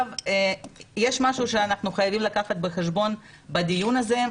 יש משהו שאנחנו חייבים לקחת בחשבון בדיון הזה,